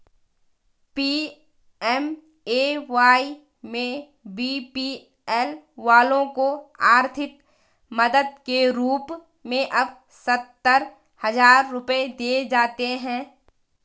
PMAY में BPL वालों को आर्थिक मदद के रूप में अब सत्तर हजार रुपये दिए जाते हैं